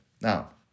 Now